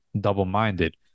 double-minded